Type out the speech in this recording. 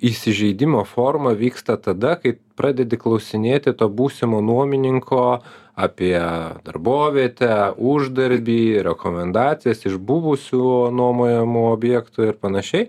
įsižeidimo forma vyksta tada kai pradedi klausinėti to būsimo nuomininko apie darbovietę uždarbį rekomendacijas iš buvusių nuomojamų objektų ir panašiai